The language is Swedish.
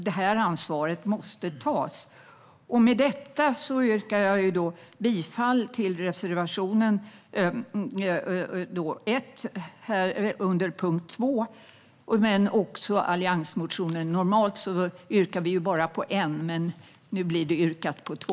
Det ansvaret måste tas. Med detta yrkar jag bifall till reservation 1 under punkt 2 och till alliansmotionen. Normalt yrkar vi bara bifall till en reservation, men nu yrkar jag bifall till två.